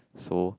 so